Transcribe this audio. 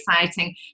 exciting